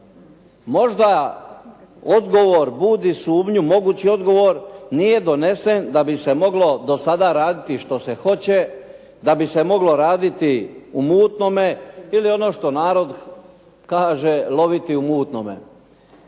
Možda odgovor budi sumnju, mogući odgovor nije donesen da bi se moglo do sada raditi što se hoće, da bi se moglo raditi u mutnome ili ono što narod kaže, loviti u mutnome.